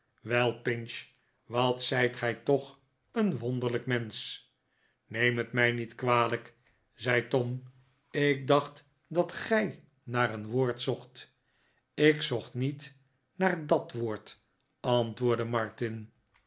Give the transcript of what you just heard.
wel pinch wat zijt gij toch een wonderlijk mensch neem het mij niet kwalijk zei tom ik dacht dat gij naar een woord zocht ik zocht niet naar dat woord antmaarten chuzzlewit woordde martin